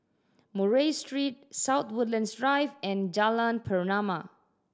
Murray Street South Woodlands Drive and Jalan Pernama